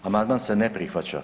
Amandman se ne prihvaća.